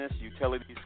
utilities